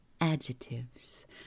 adjectives